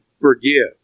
forgive